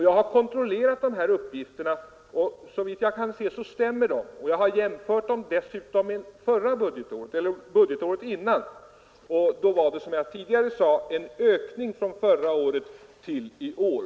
Jag har kontrollerat de här uppgifterna och såvitt jag kan se stämmer de. Jag har jämfört dem med siffrorna för budgetåret innan. Som jag tidigare sagt var det en ökning från förra året till i år.